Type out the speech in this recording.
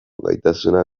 gaitasuna